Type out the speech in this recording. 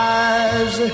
eyes